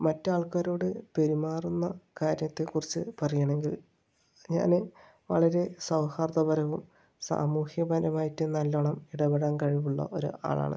മറ്റ് ആൾക്കാരോട് പെരുമാറുന്ന കാര്യത്തെ കുറിച്ച് പറയുകയാണെങ്കിൽ ഞാൻ വളരെ സൗഹാർദ്ദപരവും സാമൂഹ്യപരമായിട്ടും നല്ലോണം ഇടപെടാൻ കഴിവുള്ള ഒരാളാണ്